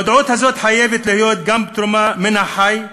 המודעות הזאת חייבת להיות גם לתרומה מן החי,